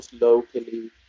locally